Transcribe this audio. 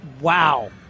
Wow